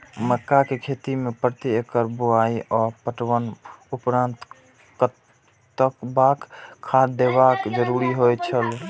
मक्का के खेती में प्रति एकड़ बुआई आ पटवनक उपरांत कतबाक खाद देयब जरुरी होय छल?